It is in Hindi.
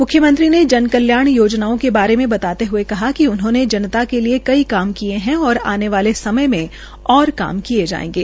म्ख्यमंत्री ने जन कल्याण योजनाओं के बारे में बताते हये कहा कि उन्होंने जनता के लिये काम किए है और आने वाले समय और काम किये जायेंगे